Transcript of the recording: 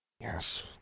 Yes